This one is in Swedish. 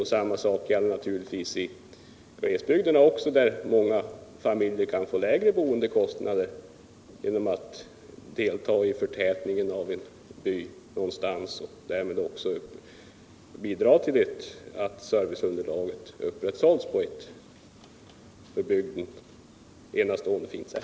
Detsamma gäller naturligtvis i glesbygderna, där många familjer kunde få lägre boendekostnader genom att delta i en förtätning av en by och därmed bidra till att serviceunderlaget upprätthölls på ett för bygden enastående fint sätt.